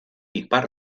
ipar